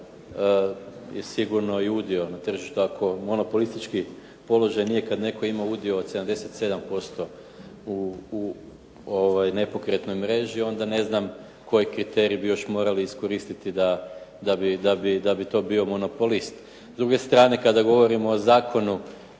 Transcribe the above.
je sigurno i udio na tržištu. Ako monopolistički položaj nije kad netko ima udio od 77% u nepokretnoj mreži, onda ne znam koji kriterij bi još morali iskoristiti da bi to bio monopolist. S druge strane, kada govorimo o zakonu